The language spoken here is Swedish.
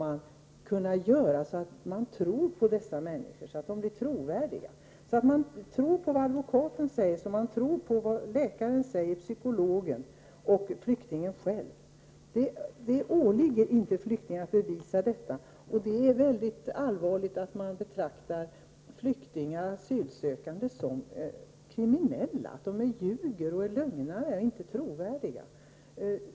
Vad skall då göras för att man skall tro på dessa människor? Det gäller ju att bevisa att uppgifterna är trovärdiga. Man måste tro på vad advokater, läkare, psykologer och flyktingarna själva säger. Det åligger inte en flykting att bevisa hur det förhåller sig. Jag anser att det är mycket allvarligt att flyktingar och asylsökande betraktas som kriminella eller som lögnare och att de således inte anses vara trovärdiga.